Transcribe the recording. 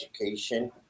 education